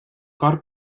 cor